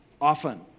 often